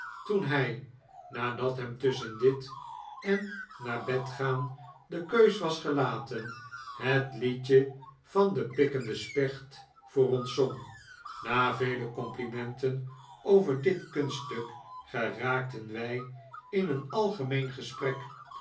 toen hij nadat hem tusschen dit en naar bed gaan de keus was gelaten het liedje van de pikkende specht voor ons zong na vele complimenten over dit kunststuk geraakten wij in een algemeen gesprekj